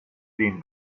den